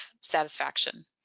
satisfaction